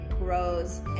grows